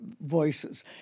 Voices